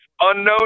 unknown